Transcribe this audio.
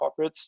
corporates